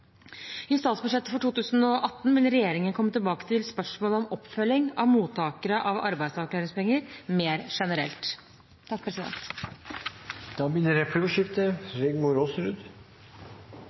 I statsbudsjettet for 2018 vil regjeringen komme tilbake til spørsmålet om oppfølging av mottakere av arbeidsavklaringspenger mer generelt. Det blir replikkordskifte.